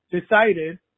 decided